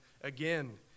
Again